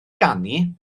ganu